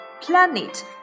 Planet